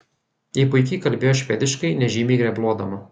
ji puikiai kalbėjo švediškai nežymiai grebluodama